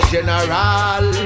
General